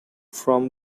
from